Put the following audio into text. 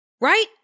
right